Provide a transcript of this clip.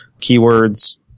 keywords